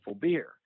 beer